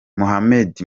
mohamed